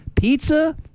Pizza